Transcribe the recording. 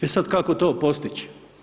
E sada kako to postići?